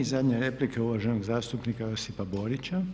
I zadnja replika uvaženog zastupnika Josipa Borića.